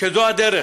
שזו הדרך.